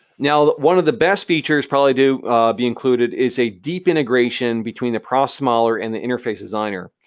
now, one of the best features probably to be included is a deep integration between the process modeler and the interface designer.